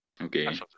Okay